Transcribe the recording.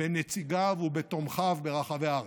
בנציגיו ובתומכיו ברחבי הארץ.